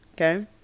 Okay